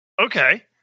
Okay